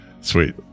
Sweet